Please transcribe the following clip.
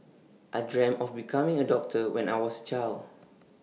I dreamt of becoming A doctor when I was child